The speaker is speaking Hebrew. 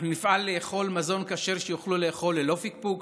אנחנו נפעל לאכול מזון כשר שיוכלו לאכול ללא פקפוק.